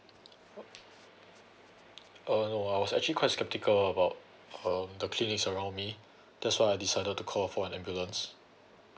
uh while I was actually quite skeptical about um the clinics around me that's why I decided to call for an ambulance